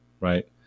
right